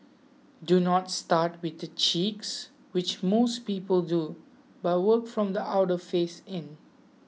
do not start with the cheeks which most people do but work from the outer face in